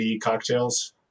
cocktails